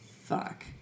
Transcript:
fuck